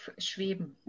schweben